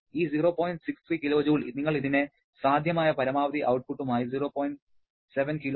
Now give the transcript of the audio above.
63 kJ നിങ്ങൾ ഇതിനെ സാധ്യമായ പരമാവധി ഔട്ട്പുട്ടുമായി 0